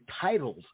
titles